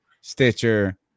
Stitcher